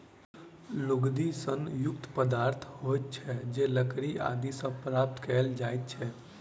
लुगदी सन युक्त पदार्थ होइत छै जे लकड़ी आदि सॅ प्राप्त कयल जाइत छै